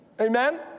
Amen